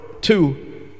two